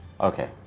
Okay